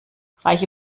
reiche